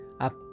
Up